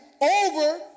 over